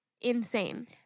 Insane